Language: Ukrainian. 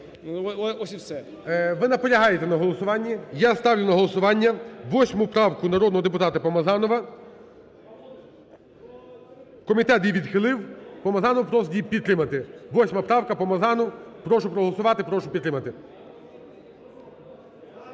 Ви наполягаєте на голосуванні? Я ставлю на голосування 8 правку народного депутата Помазанова, комітет її відхилив, Помазанов просить її підтримати. 8 правка, Помазанов, прошу проголосувати, прошу підтримати.